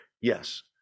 Yes